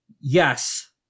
yes